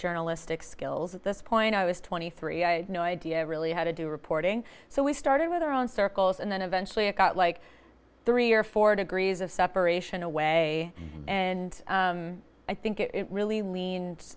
journalistic skills at this point i was twenty three i had no idea really how to do reporting so we started with our own circles and then eventually it got like three or four degrees of separation away and i think it really lean